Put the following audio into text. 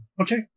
Okay